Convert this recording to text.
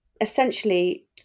essentially